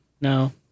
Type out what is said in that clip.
No